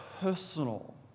personal